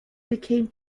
became